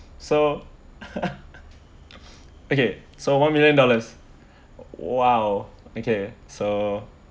so okay so one million dollars !wow! okay so